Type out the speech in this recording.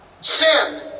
Sin